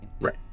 Right